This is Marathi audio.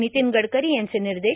नितीन गडकरी यांचे निर्देश